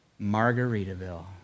Margaritaville